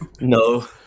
No